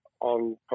on